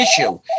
issue